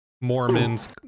mormons